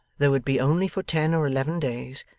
though it be only for ten or eleven days,